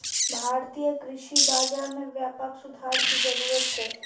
भारतीय कृषि बाजार मे व्यापक सुधार के जरूरत छै